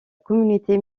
communauté